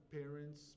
parents